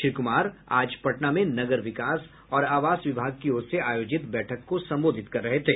श्री कुमार आज पटना में नगर विकास और आवास विभाग की ओर से आयोजित बैठक को संबोधित कर रहे थे